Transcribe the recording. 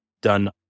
done